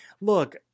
Look